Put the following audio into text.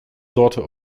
daughter